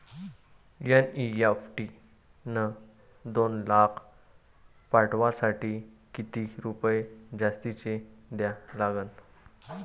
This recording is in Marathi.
एन.ई.एफ.टी न दोन लाख पाठवासाठी किती रुपये जास्तचे द्या लागन?